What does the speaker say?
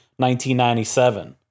1997